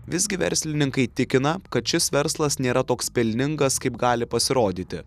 visgi verslininkai tikina kad šis verslas nėra toks pelningas kaip gali pasirodyti